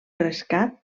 rescat